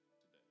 today